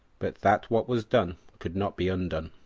but that what was done could not be undone